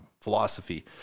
philosophy